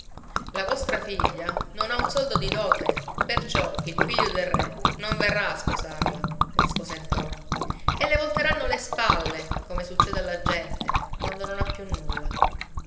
la vostra figlia non ha un soldo di dote perciò il figlio del re non verrà a sposarla rispose ntoni e le volteranno le spalle come succede alla gente quando non ha più nulla